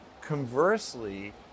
conversely